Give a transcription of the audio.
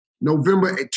November